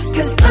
Cause